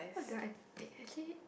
what do I eh actually